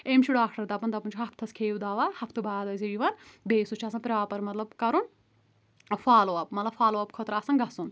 أمِس چھُ ڈاکٹر دَپان دَپان چھُ ہَفتَس کھیٚیِو دَوا ہَفتہٕ باد ٲسۍزِٮ۪و یِوان بیٚیہِ سُہ چھُ آسان پرٛاپر مطلب کَرُن فالو اَپ مطلب فالو اَپ خٲطرٕ آسان گَژُھن